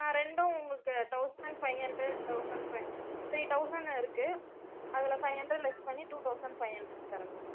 ஆ ரெண்டும் உங்களுக்கு thousand five hundred thousand five three thousand இருக்குது அதில் ஃபைவ் ஹண்ட்ரேட் லெஸ் பண்ணி டூ தௌசண்ட் ஃபைவ் ஹண்ட்ரேட்க்கு தரேன் மேம்